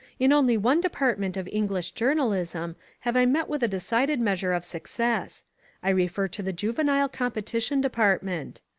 in only one department of english journalism have i met with a decided measure of success i refer to the juvenile competition department.